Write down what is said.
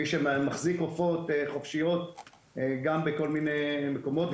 מי שמחזיק עופות חופשיים גם בכל מיני מקומות,